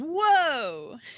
whoa